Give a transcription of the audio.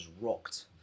rocked